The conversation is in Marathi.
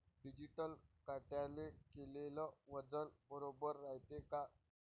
डिजिटल काट्याने केलेल वजन बरोबर रायते का?